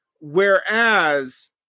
Whereas